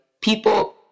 people